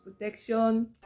protection